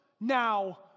now